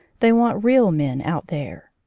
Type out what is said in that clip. they want real men out there.